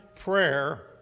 prayer